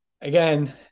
again